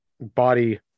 body